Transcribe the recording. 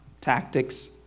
tactics